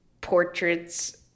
portraits